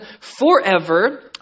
forever